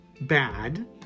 bad